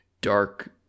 dark